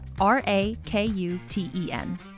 R-A-K-U-T-E-N